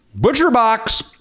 Butcherbox